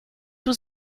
was